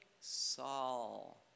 Saul